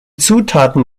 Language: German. zutaten